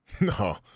No